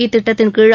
இத்திட்டத்தின்கீழ்